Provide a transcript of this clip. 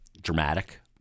dramatic